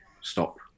stop